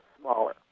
smaller